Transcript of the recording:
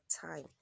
time